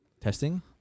testing